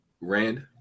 Rand